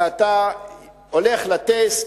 ואתה הולך לטסט,